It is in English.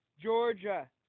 Georgia